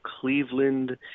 Cleveland